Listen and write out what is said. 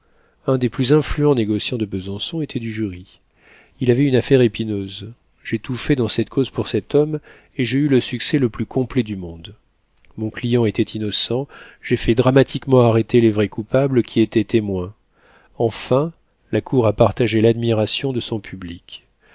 un des plus influents négociants de besançon était du jury il avait une affaire épineuse j'ai tout fait dans cette cause pour cet homme et j'ai eu le succès le plus complet du monde mon client était innocent j'ai fait dramatiquement arrêter les vrais coupables qui étaient témoins enfin la cour a partagé l'admiration de son public